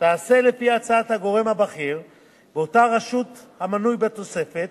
תיעשה לפי הצעת הגורם הבכיר באותה רשות המנוי בתוספת,